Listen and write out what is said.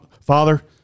Father